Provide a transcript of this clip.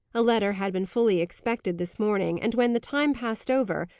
a letter had been fully expected this morning, and when the time passed over,